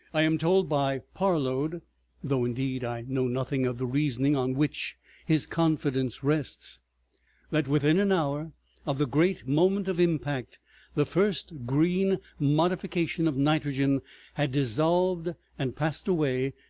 i am told by parload though indeed i know nothing of the reasoning on which his confidence rests that within an hour of the great moment of impact the first green modification of nitrogen had dissolved and passed away,